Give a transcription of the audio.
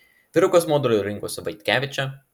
vyrukas modeliu rinkosi vaitkevičę